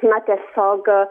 na tiesiog